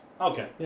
Okay